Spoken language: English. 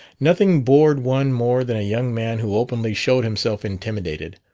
nothing bored one more than a young man who openly showed himself intimidated.